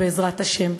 בעזרת השם.